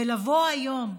ולבוא היום,